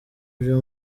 byo